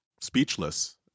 speechless